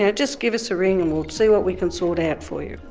yeah just give us a ring and we'll see what we can sort out for you'.